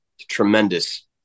tremendous